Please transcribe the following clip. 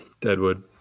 Deadwood